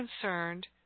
concerned